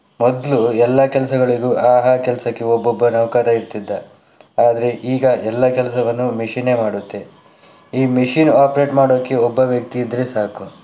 ಮೊದಲು ಎಲ್ಲ ಕೆಲಸಗಳಿಗೂ ಆ ಆ ಕೆಲಸಕ್ಕೆ ಒಬ್ಬೊಬ್ಬ ನೌಕರ ಇರ್ತಿದ್ದ ಆದರೆ ಈಗ ಎಲ್ಲ ಕೆಲಸವನ್ನು ಮಿಷಿನ್ನೇ ಮಾಡುತ್ತೆ ಈ ಮಿಷಿನ್ ಆಪರೇಟ್ ಮಾಡೋಕ್ಕೆ ಒಬ್ಬ ವ್ಯಕ್ತಿ ಇದ್ದರೆ ಸಾಕು